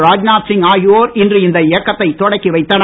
ராஜ்நாத் சிங் ஆகியோர் இன்று இந்த இயக்கத்தை தொடக்கி வைத்தனர்